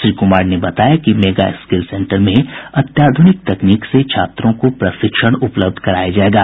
श्री कुमार ने बताया कि मेगा स्किल सेन्टर में अत्याधुनिक तकनीक से छात्रों को प्रशिक्षण उपलब्ध कराया जायेगा